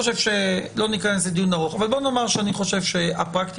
לא ניכנס לדיון ארוך אבל בואו נאמר שאני חושב שהפרקטיקה